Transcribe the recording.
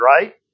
right